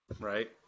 right